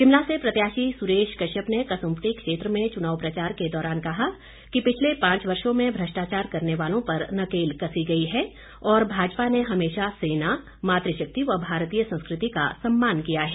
शिमला से प्रत्याशी सुरेश कश्यप ने कसुम्पटी क्षेत्र में चुनाव प्रचार के दौरान कहा कि पिछले पांच वर्षों में भ्रष्टाचार करने वालों पर नकेल कसी गई है और भाजपा ने हमेशा सेना मातृशक्ति व भारतीय संस्कृति का सम्मान किया है